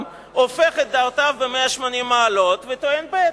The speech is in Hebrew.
הופך את דעותיו ב-180 מעלות וטוען ב'.